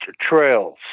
trails